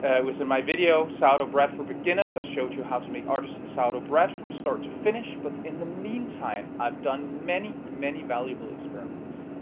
ah was in my video sourdough bread for beginners i showed you how to make artistsan sourdough bread from start to finish. but in the meantime i've done many, many valuable experiments.